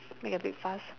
make a big fuss